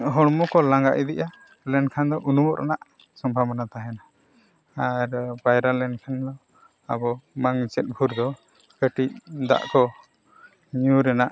ᱦᱚᱲᱢᱚ ᱠᱚ ᱞᱟᱸᱜᱟᱜ ᱤᱫᱤᱜᱼᱟ ᱞᱮᱱᱠᱷᱟᱱ ᱫᱚ ᱩᱱᱩᱢᱚᱜ ᱨᱮᱱᱟᱜ ᱥᱚᱢᱷᱟᱵᱚᱱᱟ ᱛᱟᱦᱮᱱᱟ ᱟᱨ ᱯᱟᱭᱨᱟ ᱞᱮᱱᱠᱷᱟᱱ ᱫᱚ ᱟᱵᱚ ᱵᱟᱝ ᱪᱮᱫ ᱵᱷᱳᱨ ᱫᱚ ᱠᱟᱹᱴᱤᱡ ᱫᱟᱜ ᱠᱚ ᱧᱩ ᱨᱮᱱᱟᱜ